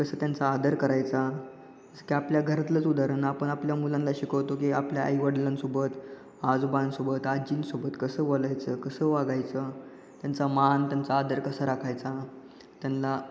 कसं त्यांचा आदर करायचा जसं की आपल्या घरातलंच उदाहरण आपण आपल्या मुलांना शिकवतो की आपल्या आईवडिलांसोबत आजोबांसोबत आजींसोबत कसं बोलायचं कसं वागायचं त्यांचा मान त्यांचा आदर कसा राखायचा त्यांना